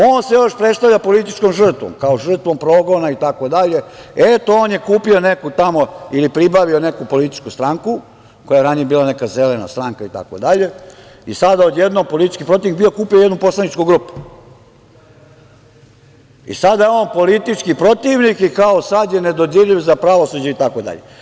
On se još predstavlja političkom žrtvom, kao žrtvom progona itd, eto, on je kupio neku tamo ili pribavio neku političku stranku koja je ranije bila neka Zelena stranka itd, i sada odjednom politički protivnik, bio kupio jednu poslaničku grupu i sada je on politički protivnik, i kao sad je nedodirljiv za pravosuđe itd.